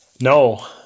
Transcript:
No